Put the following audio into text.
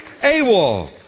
AWOL